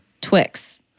Twix